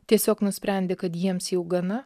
tiesiog nusprendė kad jiems jau gana